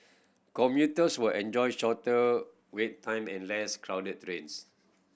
commuters will enjoy shorter wait time and less crowded trains